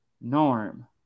Norm